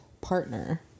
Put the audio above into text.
partner